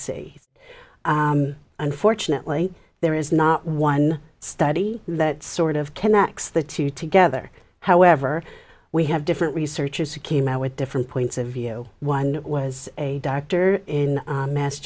see unfortunately there is not one study that sort of connects the two together however we have different researchers who came out with different points of view one was a doctor in mass